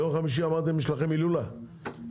אמרתם שיש לכם הילולה ביום חמישי,